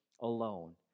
alone